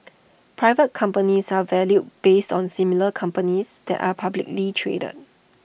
private companies are valued based on similar companies that are publicly traded